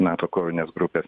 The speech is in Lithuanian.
nato kovinės grupės